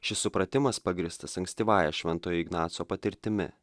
šis supratimas pagrįstas ankstyvąja šventojo ignaco patirtimi